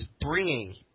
bringing